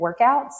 workouts